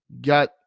got